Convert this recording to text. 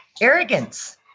arrogance